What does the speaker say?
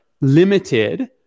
limited